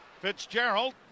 Fitzgerald